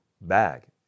bag